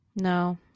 No